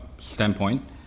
standpoint